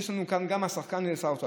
אז יש לנו כאן גם שחקן, שר האוצר.